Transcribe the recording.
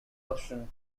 option